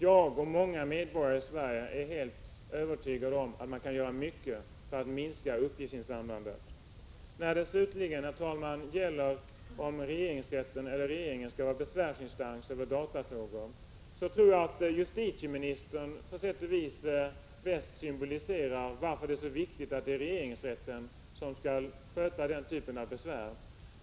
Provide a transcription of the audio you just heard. Jag och många andra i Sverige är helt övertygade om att man kan göra mycket för att minska uppgiftsinsamlandet. Slutligen, herr talman, till frågan huruvida regeringsrätten eller regeringen skall vara besvärsinstansen över datafrågor. Jag tror att justitieministern på sätt och vis symboliserar regeringens inställning, som visar att det är viktigt att just regeringsrätten skall sköta den typen av besvär.